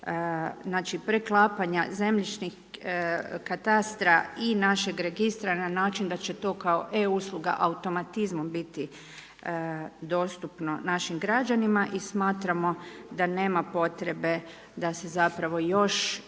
znači, preklapanja zemljišnih katastra i našeg Registra na način da će to kao E usluga automatizmom biti dostupno našim građanima i smatramo da nema potrebe da se zapravo još